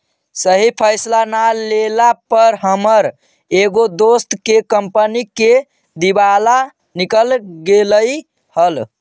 सही फैसला न लेला पर हमर एगो दोस्त के कंपनी के दिवाला निकल गेलई हल